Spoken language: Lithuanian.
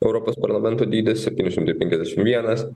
europos parlamento dydis septyni šimtai penkiasdešim vienas